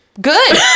good